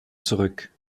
zurück